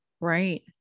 Right